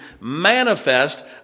manifest